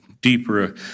deeper